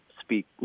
speak